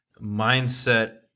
mindset